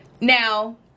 Now